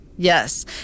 Yes